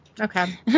Okay